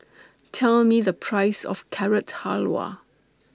Tell Me The Price of Carrot Halwa